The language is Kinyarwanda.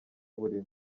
burimo